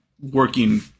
working